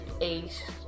eight